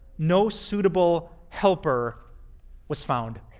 no suitable helper was found.